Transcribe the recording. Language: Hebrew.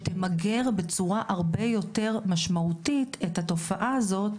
שתמגר בצורה הרבה יותר משמעותית את התופעה הזו,